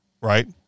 Right